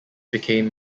became